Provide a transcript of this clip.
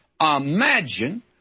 Imagine